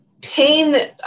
pain